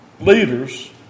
leaders